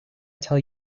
tell